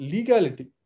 Legality